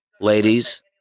ladies